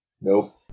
Nope